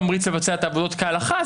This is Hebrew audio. קיבל תמריץ לבצע את עבודות השירות כהלכה.